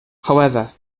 however